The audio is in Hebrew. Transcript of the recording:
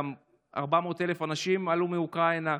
400,000 אנשים עלו מאוקראינה,